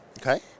Okay